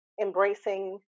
embracing